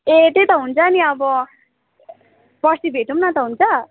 ए त्यही त हुन्छ नि अब पर्सी भेटौँ न त हुन्छ